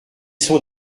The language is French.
sont